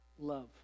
love